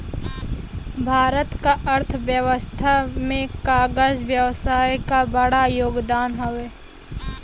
भारत क अर्थव्यवस्था में कागज व्यवसाय क बड़ा योगदान हौ